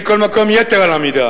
יתרשם, מכל מקום, יתר על המידה,